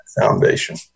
Foundation